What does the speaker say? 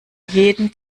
jeden